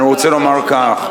אני רוצה לומר כך,